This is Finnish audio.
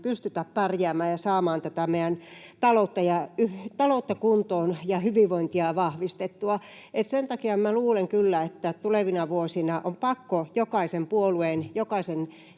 pystytä pärjäämään ja saamaan tätä meidän taloutta kuntoon ja hyvinvointia vahvistettua. Sen takia minä luulen kyllä, että tulevina vuosina on pakko jokaisen puolueen, jokaisen